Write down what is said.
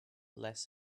less